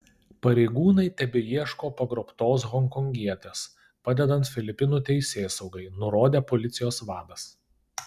pareigūnai tebeieško pagrobtos honkongietės padedant filipinų teisėsaugai nurodė policijos vadas